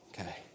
Okay